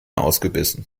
ausgebissen